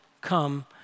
come